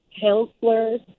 counselors